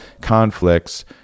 conflicts